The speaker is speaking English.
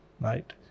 right